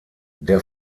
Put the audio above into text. der